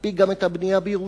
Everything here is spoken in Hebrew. להקפיא גם את הבנייה בירושלים.